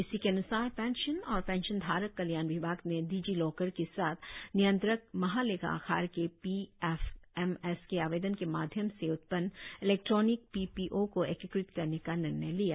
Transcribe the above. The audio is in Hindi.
इसी के अन्सार पेंशन और पेंशनधारक कल्याण विभाग ने डिजी लॉकर के साथ नियंत्रक महालेखाकार के पीएफएमएस के आवेदन के माध्यम से उत्पन्न इलेक्ट्रॉनिक पीपीओ को एकीकृत करने का निर्णय लिया